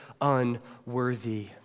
unworthy